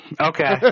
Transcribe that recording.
okay